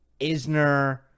Isner